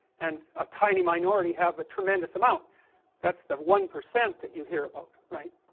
and a tiny minority have a tremendous amount that's the one percent that you hear about, right,